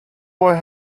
were